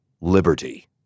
liberty